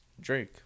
Drake